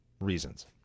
reasons